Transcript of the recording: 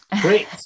Great